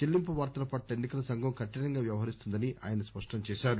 చెల్లింపు వార్తల పట్ల ఎన్సి కల సంఘం కఠినంగా వ్యవహరిస్తుందని ఆయన స్పష్టం చేశారు